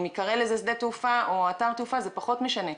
אם ייקרא לזה "שדה תעופה" או "אתר תעופה" זה פחות משנה.